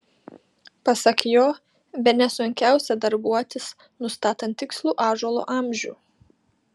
pasak jo bene sunkiausia darbuotis nustatant tikslų ąžuolo amžių